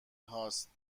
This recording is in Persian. هاست